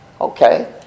Okay